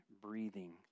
breathing